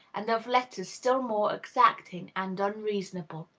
and of letters still more exacting and unreasonable.